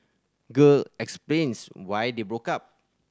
girl explains why they broke up